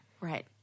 right